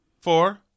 four